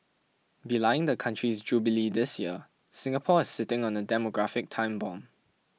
belying the country's Jubilee this year Singapore is sitting on a demographic time bomb